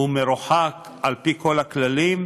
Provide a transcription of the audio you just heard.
הוא מרוחק על-פי כל הכללים,